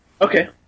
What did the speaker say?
Okay